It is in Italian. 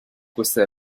questo